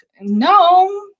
no